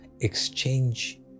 exchange